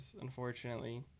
unfortunately